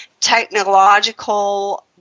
technological